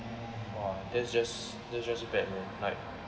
!wah! that's just that's just bad man